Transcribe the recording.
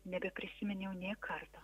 nebeprisiminiau nė karto